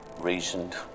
reasoned